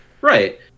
Right